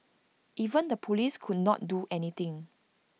even the Police could not do anything